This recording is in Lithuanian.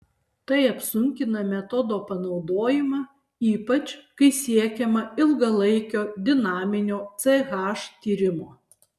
tai apsunkina metodo panaudojimą ypač kai siekiama ilgalaikio dinaminio ch tyrimo